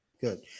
Good